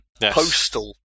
Postal